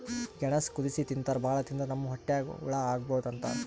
ಗೆಣಸ್ ಕುದಸಿ ತಿಂತಾರ್ ಭಾಳ್ ತಿಂದ್ರ್ ನಮ್ ಹೊಟ್ಯಾಗ್ ಹಳ್ಳಾ ಆಗಬಹುದ್ ಅಂತಾರ್